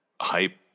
hype